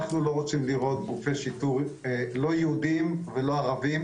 אנחנו לא רוצים לראות גופי שיטור לא יהודים ולא ערבים,